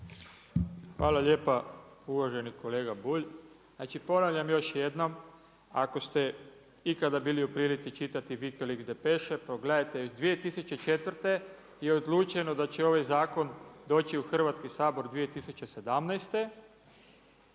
Hvala lijepa uvaženi kolega Bulj. Znači ponavljam još jednom, ako ste ikada bili u prilici čitati …/Govornik se ne razumije./… pogledajte, 2004. je odlučeno da će ovaj zakon doći u Hrvatski sabor 2017.